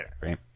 right